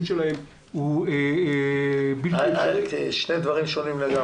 שלהן הוא בלתי --- אלה שני דברים שונים לגמרי,